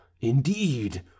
Indeed